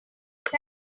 good